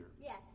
Yes